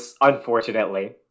Unfortunately